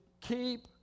keep